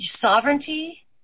Sovereignty